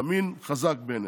ימין חזק, בנט.